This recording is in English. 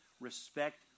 respect